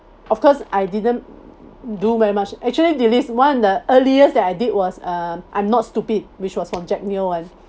of course I didn't do very much actually delys one the earliest that I did was uh I'm not stupid which was for jack neo one